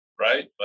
right